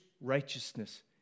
righteousness